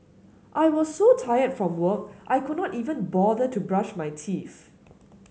I was so tired from work I could not even bother to brush my teeth